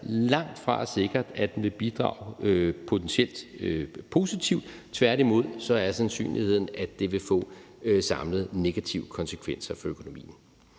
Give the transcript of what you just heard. langtfra sikkert, at den vil bidrage til noget positivt. Tværtimod er sandsynligheden, at det vil få samlede negative konsekvenser for økonomien.